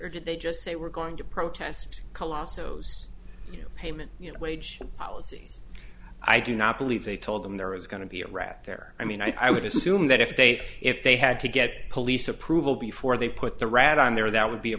or did they just say we're going to protest colossal those you know payment you know wage policies i do not believe they told them there was going to be a rat there i mean i would assume that if they if they had to get police approval before they put the rat on there that would be a